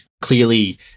Clearly